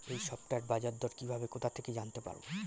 এই সপ্তাহের বাজারদর কিভাবে কোথা থেকে জানতে পারবো?